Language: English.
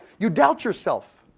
you doubt yourself.